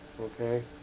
Okay